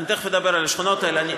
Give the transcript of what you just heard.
אני תכף אדבר על השכונות האלה.